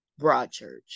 Broadchurch